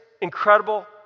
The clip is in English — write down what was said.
incredible